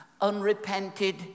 Unrepented